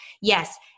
yes